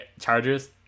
chargers